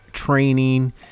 training